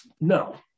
No